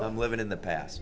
i'm living in the past